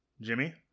Jimmy